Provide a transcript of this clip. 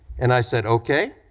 and i said, okay,